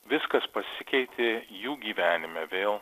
viskas pasikeitė jų gyvenime vėl